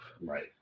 Right